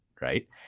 right